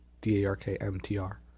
D-A-R-K-M-T-R